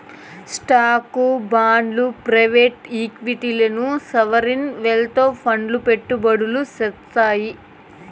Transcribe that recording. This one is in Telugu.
స్టాక్లు, బాండ్లు ప్రైవేట్ ఈక్విటీల్ల సావరీన్ వెల్త్ ఫండ్లు పెట్టుబడులు సేత్తాయి